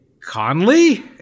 Conley